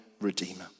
redeemer